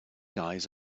guys